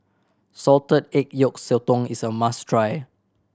salted egg yolk sotong is a must try